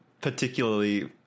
particularly